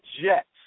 Jets